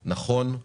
נכון,